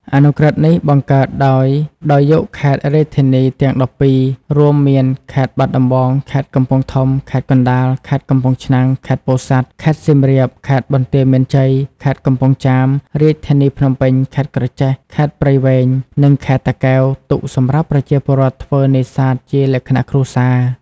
អនុក្រឹត្យនេះ បង្កើតដោយដោយយកខេត្ត-រាជធានីទាំង១២ រួមមានខេត្តបាត់ដំបង ខេត្តកំពង់ធំ ខេត្តកណ្តាល ខេត្តកំពង់ឆ្នាំង ខេត្តពោធិសាត់ ខេត្តសៀមរាប ខេត្តបន្ទាយមានជ័យ ខេត្តកំពង់ចាម រាជធានីភ្នំពេញ ខេត្តក្រចេះ ខេត្តព្រៃវែង និងខេត្តតាកែវទុកសម្រាប់ប្រជាពលរដ្ឋធ្វើនេសាទជាលក្ខណៈគ្រួសារ។